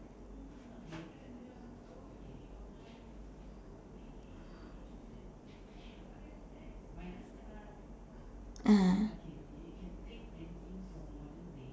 ah